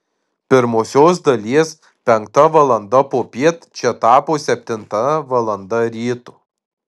pirmosios dalies penkta valanda popiet čia tapo septinta valanda ryto